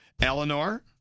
Eleanor